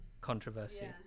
controversy